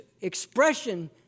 expression